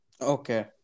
Okay